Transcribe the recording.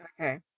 Okay